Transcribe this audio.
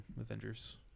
Avengers